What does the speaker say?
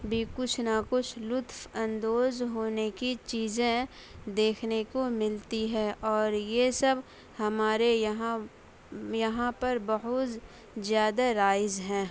بھی کچھ نہ کچھ لطف اندوز ہونے کی چیزیں دیکھنے کو ملتی ہے اور یہ سب ہمارے یہاں یہاں پر بہت زیادہ رائج ہے